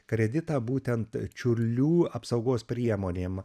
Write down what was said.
kreditą būtent čiurlių apsaugos priemonėm